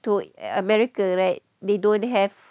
to america right they don't have